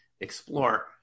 explore